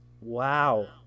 wow